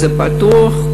זה פתוח,